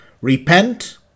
Repent